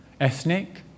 Ethnic